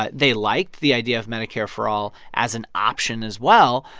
ah they liked the idea of medicare for all as an option, as well,